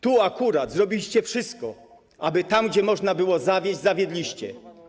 Tu akurat zrobiliście wszystko, aby tam, gdzie można było zawieść, zawieść.